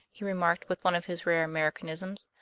he remarked, with one of his rare americanisms,